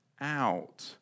out